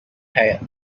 tire